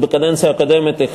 עוד בקדנציה הקודמת,